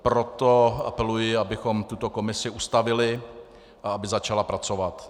Proto apeluji, abychom tuto komisi ustavili a aby začala pracovat.